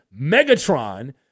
Megatron